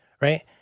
right